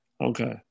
Okay